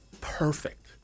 perfect